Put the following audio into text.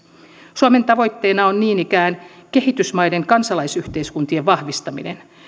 suomen tavoitteena on niin ikään kehitysmaiden kansalaisyhteiskuntien vahvistaminen